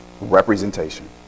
representation